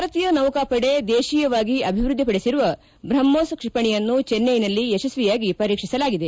ಭಾರತೀಯ ನೌಕಾಪಡೆ ದೇಶೀಯವಾಗಿ ಅಭಿವೃದ್ಧಿಪಡಿಸಿರುವ ಬ್ರಹ್ಮೋಸ್ ಕ್ಷಿಪಣಿಯನ್ನು ಚೆನ್ನೈನಲ್ಲಿ ಯಶಸ್ವಿಯಾಗಿ ಪರೀಕ್ಷಿಸಲಾಗಿದೆ